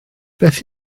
beth